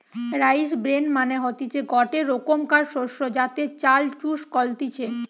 rice bran মানে হতিছে গটে রোকমকার শস্য যাতে চাল চুষ কলতিছে